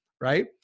right